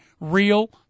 real